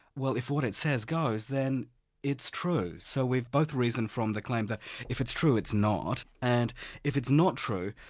well, if what it says goes, then it's true. so we've both reasoned from the claim that if it's true, it's not, and if it's not true,